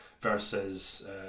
versus